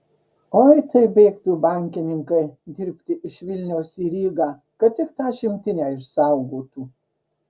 oi tai bėgtų bankininkai dirbti iš vilniaus į rygą kad tik tą šimtinę išsaugotų